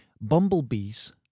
Bumblebee's